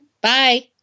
Bye